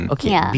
Okay